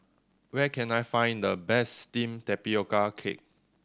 where can I find the best steamed tapioca cake